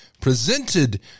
presented